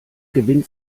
gewinnt